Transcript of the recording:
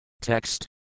Text